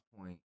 point